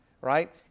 Right